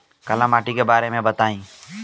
काला माटी के बारे में बताई?